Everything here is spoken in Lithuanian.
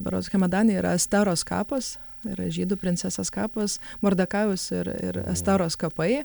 berods hemadane yra steros kapas yra žydų princesės kapas vardakajaus ir ir esteros kapai